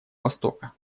востока